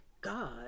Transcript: God